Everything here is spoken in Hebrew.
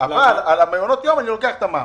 אבל על מעונות יום אני לוקח את המע"מ.